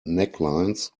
necklines